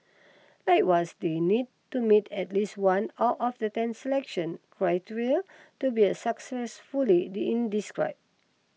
likewise they need to meet at least one out of the ten selection criteria to be inscribed